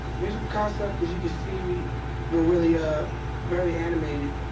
musical concept as you can see we we're really ah very animated.